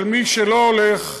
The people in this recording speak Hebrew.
אבל מי שלא הולך,